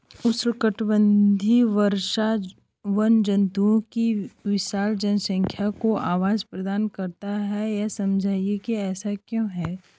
उष्णकटिबंधीय वर्षावन जंतुओं की विशाल जनसंख्या को आवास प्रदान करते हैं यह समझाइए कि ऐसा क्यों है?